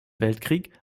weltkrieg